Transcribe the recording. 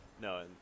No